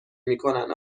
میکنن